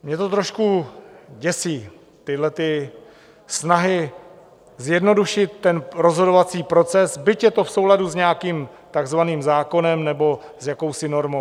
Mě to trošku děsí, tyhlety snahy zjednodušit ten rozhodovací proces, byť je to v souladu s nějakým takzvaným zákonem nebo jakousi normou.